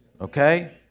Okay